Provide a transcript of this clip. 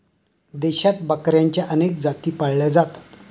देशात बकऱ्यांच्या अनेक जाती पाळल्या जातात